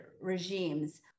regimes